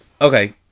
okay